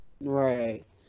Right